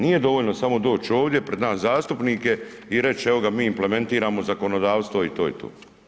Nije dovoljno samo doći ovdje pred nas zastupnike i reći evo ga mi implementiramo zakonodavstvo i to je to.